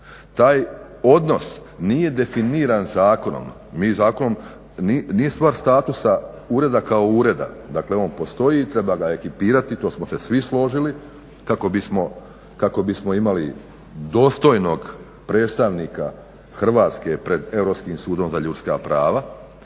Taj odnos nije definiran Zakonom. Mi zakonom nije stvar statusa ureda kao ureda, dakle on postoji, treba ga ekipirati to smo se svi složili kako bismo imali dostojnog predstavnika Hrvatske pred Europskim sudom za ljudska prava